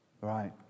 Right